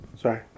Sorry